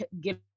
give